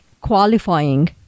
qualifying